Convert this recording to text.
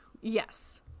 Yes